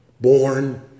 born